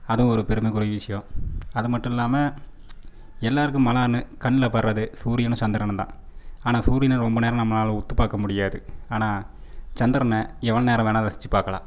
அதுவும் ஒரு பெருமைக்குரிய விஷயோம் அதுமட்டும் இல்லாமல் எல்லாருக்கும் மனான்னு கண்ணில் படுறது சூரியனும் சந்திரனும் தான் ஆனால் சூரியனை ரொம்ப நேரம் நம்மால் உத்து பார்க்க முடியாது ஆனால் சந்திரனை எவ்வளோ நேரம் வேணுணா ரசிச்சு பார்க்கலாம்